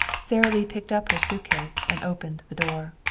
sara lee picked up her suitcase and opened the door.